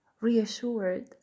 reassured